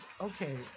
Okay